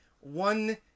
one